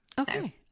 Okay